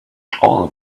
all